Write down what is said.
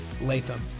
Latham